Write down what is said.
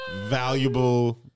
valuable